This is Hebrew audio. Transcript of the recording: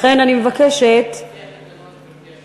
לכן אני מבקשת, אז לפי התקנון, גברתי היושבת-ראש,